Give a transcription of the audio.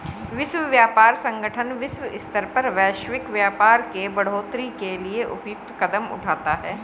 विश्व व्यापार संगठन विश्व स्तर पर वैश्विक व्यापार के बढ़ोतरी के लिए उपयुक्त कदम उठाता है